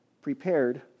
prepared